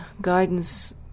guidance